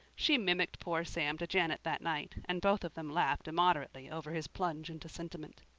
she mimicked poor sam to janet that night, and both of them laughed immoderately over his plunge into sentiment.